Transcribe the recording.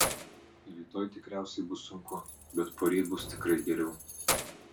rytoj tikriausiai bus sunku bet poryt bus tikrai geriau